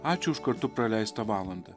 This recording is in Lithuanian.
ačiū už kartu praleistą valandą